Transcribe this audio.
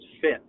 fit